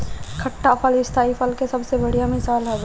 खट्टा फल स्थाई फसल के सबसे बढ़िया मिसाल हवे